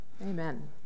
Amen